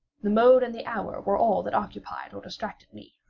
the mode and the hour were all that occupied or distracted me.